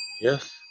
Yes